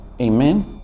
Amen